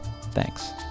Thanks